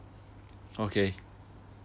okay